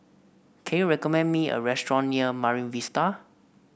can you recommend me a restaurant near Marine Vista